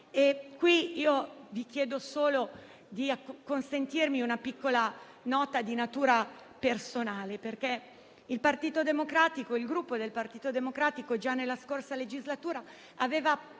Vi chiedo solo di consentirmi una piccola nota di natura personale. Il Gruppo Partito Democratico già nella scorsa legislatura aveva